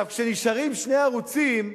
כשנשארים שני ערוצים,